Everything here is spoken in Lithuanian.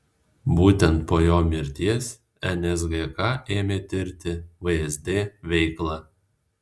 būtent po jo mirties nsgk ėmė tirti vsd veiklą